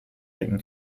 becken